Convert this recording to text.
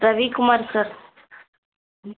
Ravikumar sir